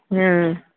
ꯎꯝ